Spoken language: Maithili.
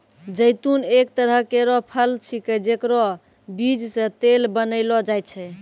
जैतून एक तरह केरो फल छिकै जेकरो बीज सें तेल बनैलो जाय छै